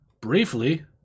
Briefly